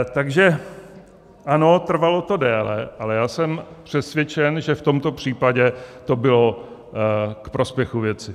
Takže ano, trvalo to déle, ale já jsem přesvědčen, že v tomto případě to bylo ku prospěchu věci.